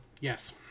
yes